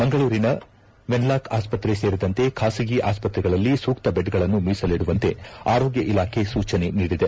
ಮಂಗಳೂರಿನ ವೆನ್ಲಾಕ್ ಆಸ್ತ್ರೆ ಸೇರಿದಂತೆ ಖಾಸಗಿ ಆಸ್ತ್ರೆಗಳಲ್ಲಿ ಸೂಕ್ತ ಬೆಡ್ಗಳನ್ನು ಮೀಸಲಿಡುವಂತೆ ಆರೋಗ್ಕ ಇಲಾಖೆ ಸೂಜನೆ ನೀಡಿದೆ